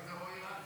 איזה רועי?